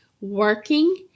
working